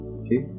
okay